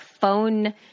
phone